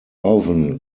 oven